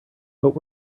but